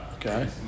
Okay